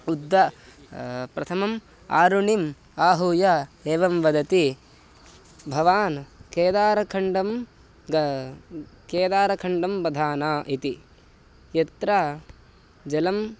उद्द प्रथमम् आरुणिम् आहूय एवं वदति भवान् केदारखण्डं ग केदारखण्डं बधाना इति यत्र जलम्